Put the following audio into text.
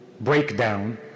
breakdown